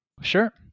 Sure